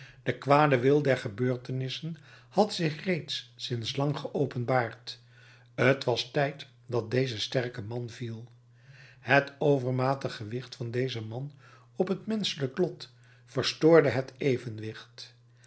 de kwade wil der gebeurtenissen had zich reeds sinds lang geopenbaard t was tijd dat deze sterke man viel het overmatig gewicht van dezen man op het menschelijk lot verstoorde het evenwicht